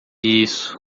isso